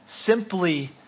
simply